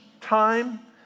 time